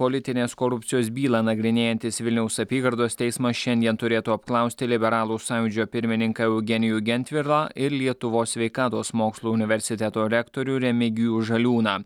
politinės korupcijos bylą nagrinėjantis vilniaus apygardos teismas šiandien turėtų apklausti liberalų sąjūdžio pirmininką eugenijų gentvirlą ir lietuvos sveikatos mokslų universiteto rektorių remigijų žaliūną